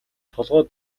толгой